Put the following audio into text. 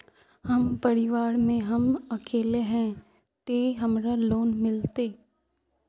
हम परिवार में हम अकेले है ते हमरा लोन मिलते?